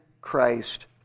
Christ